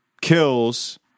kills